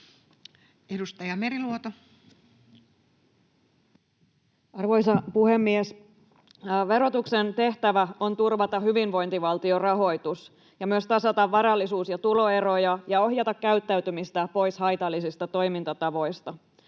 Content: Arvoisa puhemies! Verotuksen tehtävä on turvata hyvinvointivaltion rahoitus ja myös tasata varallisuus- ja tuloeroja ja ohjata käyttäytymistä pois haitallisista toimintatavoista.